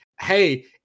hey